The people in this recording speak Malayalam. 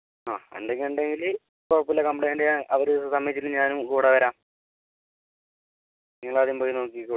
ആ ഉണ്ടെങ്കിൽ ഞാൻ ഡെയിലി കുഴപ്പം ഇല്ല കംപ്ലൈൻ്റ് ഞാൻ അവർ സമ്മതിച്ചില്ലെങ്കിൽ ഞാനുംകൂടെ വരാം നിങ്ങളാദ്യം പോയി നോക്കിക്കോ